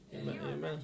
Amen